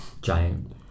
giant